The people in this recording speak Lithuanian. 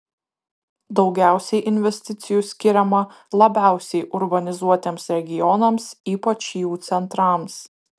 daugiausiai investicijų skiriama labiausiai urbanizuotiems regionams ypač jų centrams